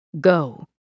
go